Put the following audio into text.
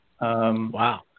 Wow